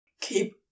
Keep